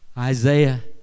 Isaiah